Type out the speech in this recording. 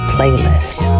Playlist